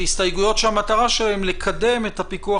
בהסתייגויות שהמטרה שלהן לקדם את הפיקוח